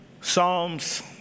Psalms